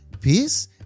Peace